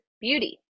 beauty